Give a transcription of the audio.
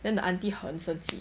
then the auntie 很生气